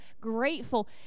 grateful